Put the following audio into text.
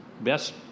best